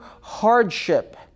hardship